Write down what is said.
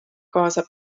kaasa